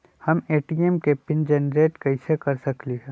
हम ए.टी.एम के pin generate कईसे कर सकली ह?